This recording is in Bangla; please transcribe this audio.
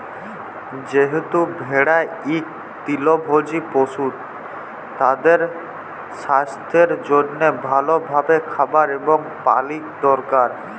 যেহেতু ভেড়া ইক তৃলভজী পশু, তাদের সাস্থের জনহে ভাল ভাবে খাবার এবং পালি দরকার